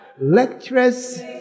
Lecturers